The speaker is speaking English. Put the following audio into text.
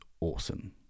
awesome